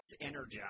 energized